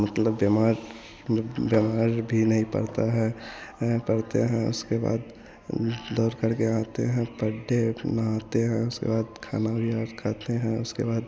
मतलब बीमार बीमार भी नहीं पड़ता है पड़ते हैं उसके बाद दौड़ करके आते हैं पढ़ते हैं नहाते हैं उसके बाद खाना भी और खाते हैं उसके बाद